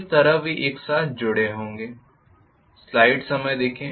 इस तरह वे एक साथ जुड़े होंगे